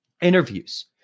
interviews